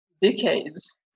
decades